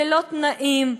ללא תנאים,